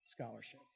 scholarship